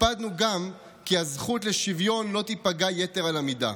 הקפדנו גם כי הזכות לשוויון לא תיפגע יתר על המידה.